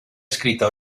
escrita